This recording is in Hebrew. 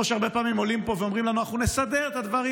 כמו שהרבה פעמים עולים פה ואומרים לנו: אנחנו נסדר את הדברים.